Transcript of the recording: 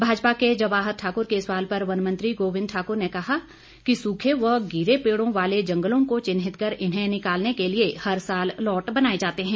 भाजपा के जवाहर ठाकुर के सवाल पर वन मंत्री गोविंद ठाकर ने कहा कि सुखे व गिरे पेड़ों वाले जंगलों को चिन्हित कर इन्हें निकालने के लिए हर साल लॉट बनाए जाते हैं